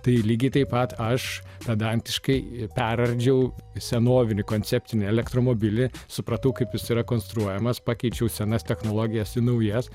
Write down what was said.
tai lygiai taip pat aš pedantiškai perardžiau senovinį koncepcinį elektromobilį supratau kaip jis yra konstruojamas pakeičiau senas technologijas į naujas